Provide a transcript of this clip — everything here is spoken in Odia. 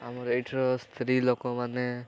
ଆମର ଏଇଠିର ସ୍ତ୍ରୀ ଲୋକମାନେ